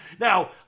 Now